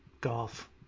golf